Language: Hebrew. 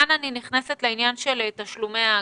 כאן אני נכנסת לעניין תשלומי אגרה.